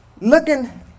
Looking